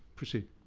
proceed.